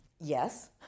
Yes